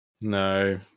No